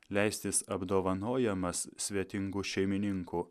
leistis apdovanojamas svetingų šeimininkų